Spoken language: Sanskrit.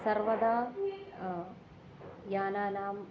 सर्वदा यानानाम्